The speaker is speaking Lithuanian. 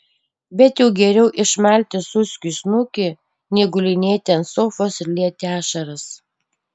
bet jau geriau išmalti suskiui snukį nei gulinėti ant sofos ir lieti ašaras